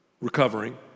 recovering